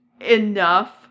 enough